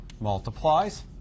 multiplies